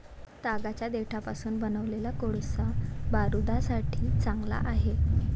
तागाच्या देठापासून बनवलेला कोळसा बारूदासाठी चांगला आहे